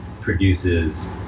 produces